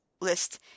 list